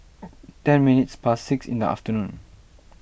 ten minutes past six in the afternoon